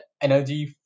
energy